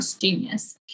genius